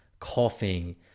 coughing